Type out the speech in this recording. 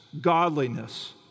godliness